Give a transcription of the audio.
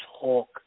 talk